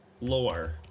lore